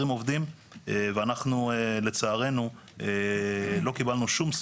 לא מקבלים החלטה בעסק בהינף יד לפי הרוח,